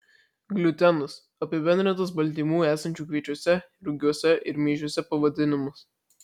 gliutenas apibendrintas baltymų esančių kviečiuose rugiuose ir miežiuose pavadinimas